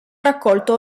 raccolto